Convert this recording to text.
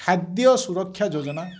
ଖାଦ୍ୟ ସୁରକ୍ଷା ଯୋଜନା